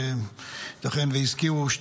ייתכן שהזכירו,